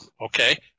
Okay